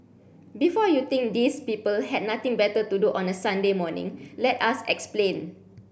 before you think these people had nothing better to do on a Sunday morning let us explain